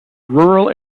rural